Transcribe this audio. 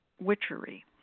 Witchery